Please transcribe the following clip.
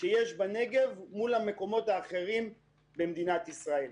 בנגב מול מקומות אחרים במדינת ישראל.